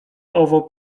owo